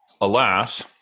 Alas